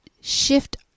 shift